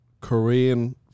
Korean